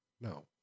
No